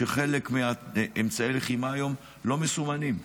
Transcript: שחלק מאמצעי הלחימה היום לא מסומנים,